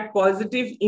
positive